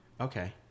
Okay